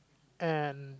and